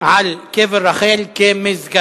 על קבר רחל כמסגד,